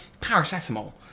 Paracetamol